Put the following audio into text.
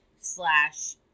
slash